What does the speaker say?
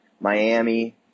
Miami